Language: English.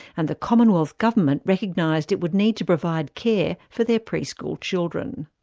and the commonwealth government recognised it would need to provide care for their preschool children.